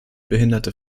behinderte